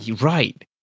Right